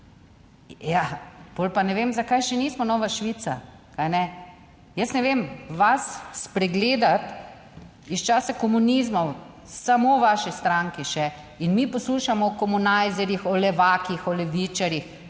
Ja, potem pa ne vem, zakaj še nismo nova Švica, kajne? Jaz ne vem, vas spregledati iz časa komunizma, samo vaše stranke še in mi poslušamo o komunajzerjih, o levakih, o levičarjih